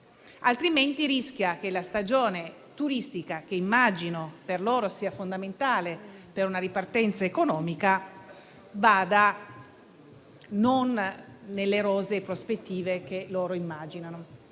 altrimenti si rischia che la stagione turistica, che immagino per loro sia fondamentale per una ripartenza economica, non vada secondo le rosee prospettive che loro immaginano.